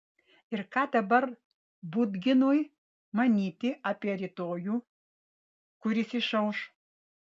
ir ką dabar budginui manyti apie rytojų kuris išauš